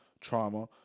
trauma